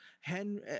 Henry